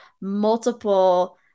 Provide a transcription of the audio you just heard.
multiple